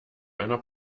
einer